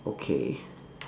okay